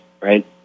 right